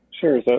Sure